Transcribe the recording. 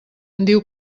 diu